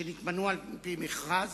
שנתמנו על-פי מכרז